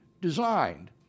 designed